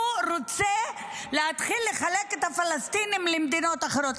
הוא רוצה להתחיל לחלק את הפלסטינים למדינות אחרות.